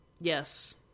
Yes